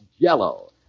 Jell-O